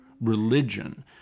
religion